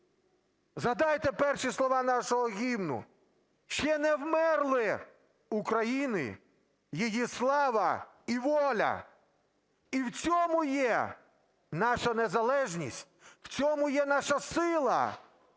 Згадайте перші слова нашого гімну: "Ще не вмерла України і слава, і воля". І в цьому є наша незалежність, в цьому є наша сила: